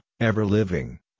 ever-living